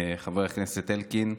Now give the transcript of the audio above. חבר הכנסת אלקין,